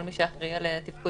כל מי שאחראי על התפקוד